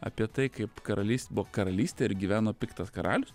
apie tai kaip karalys buvo karalystė ir gyveno piktas karalius